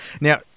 now